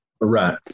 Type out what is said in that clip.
right